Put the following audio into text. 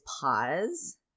pause